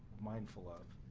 mindful of?